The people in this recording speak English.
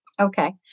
Okay